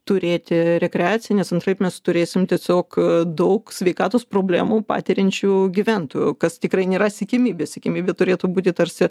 turėti rekreacines antraip mes turėsim tiesiog daug sveikatos problemų patiriančių gyventojų kas tikrai nėra siekiamybė siekiamybė turėtų būti tarsi